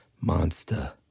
Monster